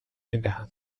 میدهد